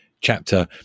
chapter